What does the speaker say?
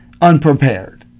unprepared